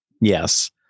Yes